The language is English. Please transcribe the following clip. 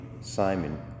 Simon